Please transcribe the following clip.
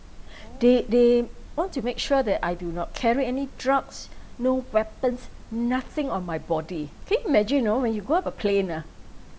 they they want to make sure that I do not carry any drugs no weapons nothing on my body can you imagine you know when you go up a plane ah